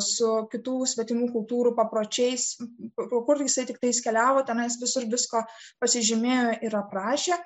su kitų svetimų kultūrų papročiais kur jisai tiktais keliavo tenais visur visko pasižymėjo ir aprašė